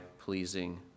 pleasing